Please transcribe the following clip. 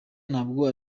ntabwo